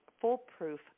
foolproof